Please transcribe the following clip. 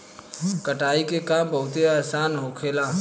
कटाई के काम बहुत आसान होखेला